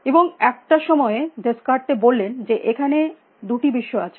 এবং একটা সময়ে ডেকার্ত বললেন যে এখানে দুটি বিশ্ব আছে